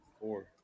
Four